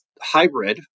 hybrid